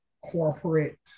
corporate